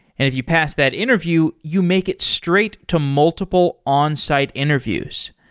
if you pass that interview, you make it straight to multiple onsite interviews.